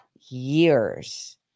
years